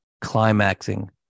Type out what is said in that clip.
climaxing